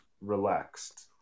relaxed